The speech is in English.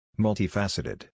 Multifaceted